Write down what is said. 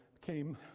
came